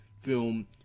film